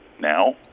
now